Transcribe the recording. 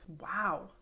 Wow